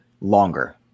longer